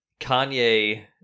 Kanye